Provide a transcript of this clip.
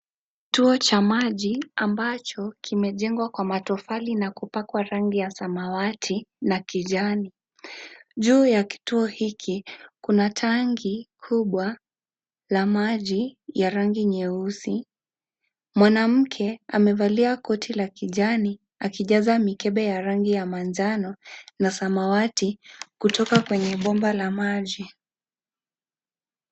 Kituo cha maji ambacho kimejengwa kwa matofali na kupakwa rangi ya samawati na kijani. Juu ya kituo hiki kuna tangi kubwa la maji ya rangi nyeusi. Mwanamke amevalia koti la kijani akijaza mikebe ya rangi ya manjano na samawati kutoka kwenye bomba la maji.